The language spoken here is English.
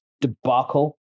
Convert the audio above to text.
debacle